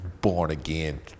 born-again